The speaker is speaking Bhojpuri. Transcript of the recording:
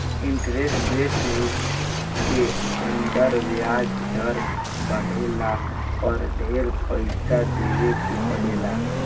इंटरेस्ट रेट रिस्क के अंदर ब्याज दर बाढ़ला पर ढेर पइसा देवे के पड़ेला